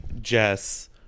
Jess